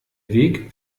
weg